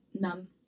None